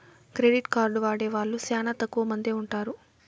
credit card వాడే వాళ్ళు శ్యానా తక్కువ మందే ఉంటారు